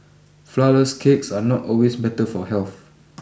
Flourless cakes are not always better for health